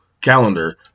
calendar